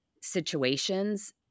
situations